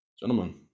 gentlemen